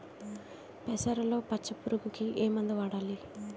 పెసరలో పచ్చ పురుగుకి ఏ మందు వాడాలి?